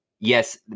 Yes